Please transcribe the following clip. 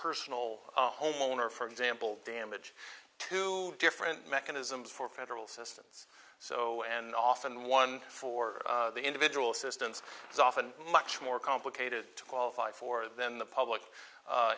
personal homeowner for example damage to different mechanisms for federal systems so and often one for the individual assistance is often much more complicated to qualify for than the public